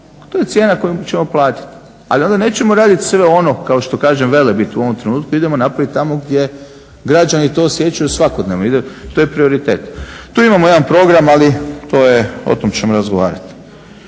To je cijena kojom ćemo platiti, ali onda nećemo raditi sve ono kao što kažem Velebit u ovom trenutku. Idemo napravit tamo gdje građani to osjećaju svakodnevno. To je prioritet. Tu imamo jedan program, ali to je, o tom ćemo razgovarati.